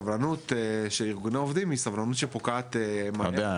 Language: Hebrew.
הסבלנות של ארגוני העובדים היא סבלנות שפוקעת מהר,